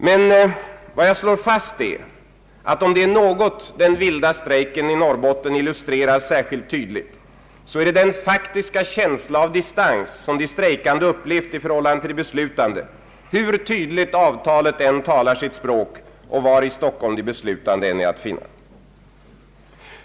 Men vad jag slår fast är att om det är något den vilda strejken i Norrbotten illustrerar särskilt tydligt är det den faktiska känslan av distans som de strejkande har upplevt i förhållande till de beslutande, hur tydligt avtalet än talar sitt språk och var i Stockholm de beslutande än är att finna.